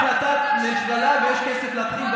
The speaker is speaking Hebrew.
תעביר החלטת ממשלה ויש כסף להתחיל,